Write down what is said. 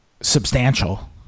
substantial